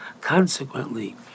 Consequently